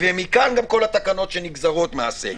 ומכאן גם כל התקנות שנגזרות מהסגר.